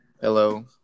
Hello